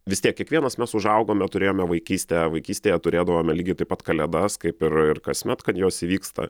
vis tiek kiekvienas mes užaugome turėjome vaikystę vaikystėje turėdavome lygiai taip pat kalėdas kaip ir ir kasmet kad jos įvyksta